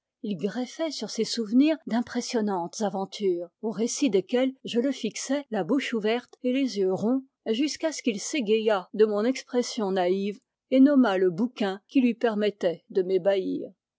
il greffait sur ses souvenirs d'impressionnantes aventures au récit desquelles je le fixais la bouche ouverte et les yeux ronds jusqu'à ce qu il s'égayât de mon expression naïve et nommât le bouquin qui lui permettait de